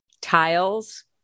tiles